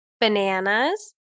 bananas